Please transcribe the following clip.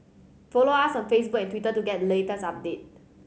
follow us on Facebook and Twitter to get latest update